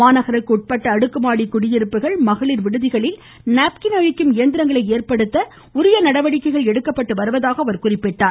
மாநகருக்குட்பட்ட அடுக்குமாடிக் குடியிருப்புகள் மகளிர் விடுதிகளிலும் நாப்கின் அழிக்கும் இயந்திரங்களை ஏற்படுத்த உரிய நடவடிக்கைகள் எடுக்கப்பட்டு வருவதாக தெரிவித்தார்